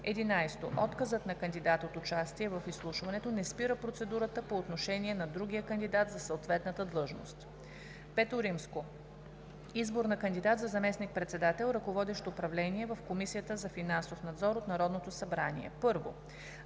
надзор. 11. Отказът на кандидат от участие в изслушването не спира процедурата по отношение на другия кандидат за съответната длъжност. V. Избор на кандидат за заместник-председател, ръководещ управление в Комисията за финансов надзор, от Народното събрание. 1.